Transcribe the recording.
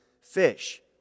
fish